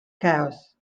chaos